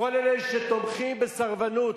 כל אלה שתומכים בסרבנות,